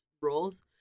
roles